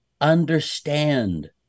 understand